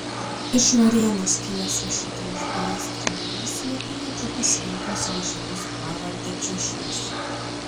iš varėnos kilęs rašytojas balys gražulis slapyvardžiu pasirinko savo šeimos pravardę čiočys